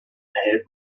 erhält